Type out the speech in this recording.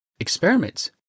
Experiments